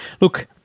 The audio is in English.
look